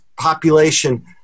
population